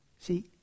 See